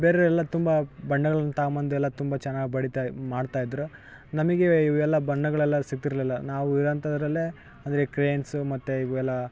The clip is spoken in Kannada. ಬೇರೆ ಎಲ್ಲ ತುಂಬ ಬಣ್ಣಗಳನ್ನು ತಗೋಬಂದೆಲ್ಲಾ ತುಂಬ ಚೆನ್ನಾಗ್ ಬಡಿತ ಮಾಡ್ತಾಯಿದ್ರು ನಮಗೆ ಇವು ಇವೆಲ್ಲ ಬಣ್ಣಗಳೆಲ್ಲ ಸಿಗ್ತಿರಲಿಲ್ಲ ನಾವು ಇರೋಂಥದ್ರಲ್ಲೇ ಅಂದರೆ ಕ್ರಯನ್ಸು ಮತ್ತು ಇವೆಲ್ಲ